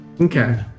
Okay